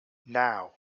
naw